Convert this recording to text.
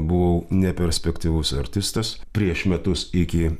buvau ne perspektyvus artistas prieš metus iki